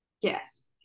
Yes